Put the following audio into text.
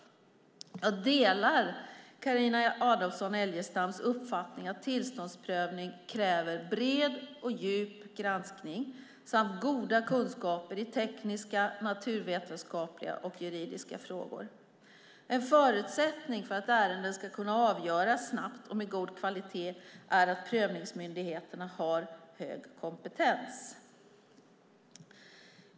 Jag delar Carina Adolfsson Elgestams uppfattning att tillståndsprövningen kräver bred och djup granskning samt goda kunskaper i tekniska, naturvetenskapliga och juridiska frågor. En förutsättning för att ärenden ska kunna avgöras snabbt och med god kvalitet är att prövningsmyndigheterna har hög kompetens.